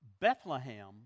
Bethlehem